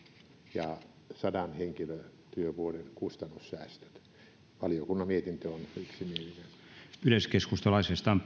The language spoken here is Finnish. ja sadan henkilötyövuoden kustannussäästöt valiokunnan mietintö on